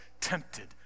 tempted